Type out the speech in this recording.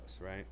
Right